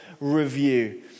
review